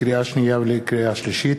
לקריאה שנייה ולקריאה שלישית,